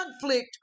conflict